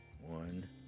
one